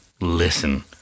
Listen